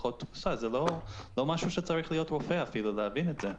זה לא משהו שצריך להיות רופא אפילו כדי להבין את זה.